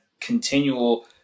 continual